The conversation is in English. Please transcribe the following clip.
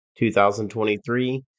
2023